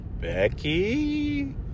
Becky